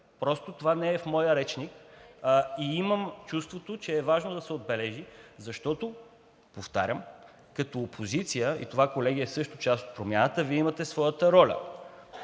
Просто това не е в моя речник. Имам чувството, че е важно да се отбележи, защото, повтарям, като опозиция и това, колеги, е също част от промяната, Вие имате своята роля